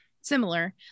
similar